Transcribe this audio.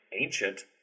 ancient